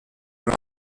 rye